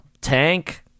Tank